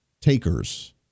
takers